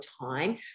time